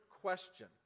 question